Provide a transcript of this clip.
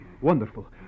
Wonderful